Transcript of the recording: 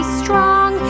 strong